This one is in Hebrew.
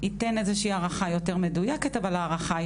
ייתן איזושהי הערכה יותר מדויקת אבל ההערכה היא